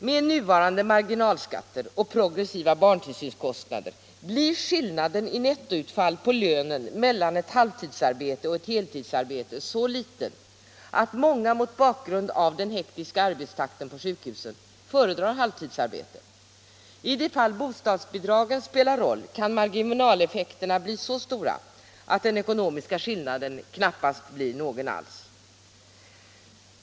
Med nuvarande marginalskatter och progressiva barntillsynskostnader blir skillnaden i nettoutfall på lönen mellan ett halvtidsarbete och ett heltidsarbete så liten att många mot bakgrund av den hektiska arbetstakten på sjukhusen föredrar halvtidsarbete. I de fall bostadsbidragen spelar roll kan marginaleffekterna bli så stora att den ekonomiska skillnaden knappast är märkbar.